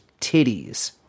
titties